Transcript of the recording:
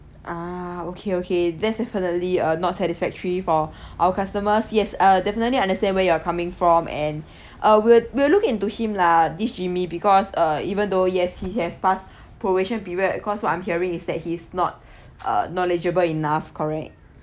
ah okay okay that's definitely uh not satisfactory for our customers yes uh definitely understand where you are coming from and uh we will we will look into him lah this jimmy because uh even though yes he has passed probation period caused what I'm hearing is that he's not uh knowledgeable enough correct